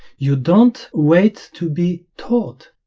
you don't wait to be taught